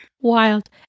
Wild